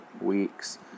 weeks